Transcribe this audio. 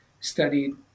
studied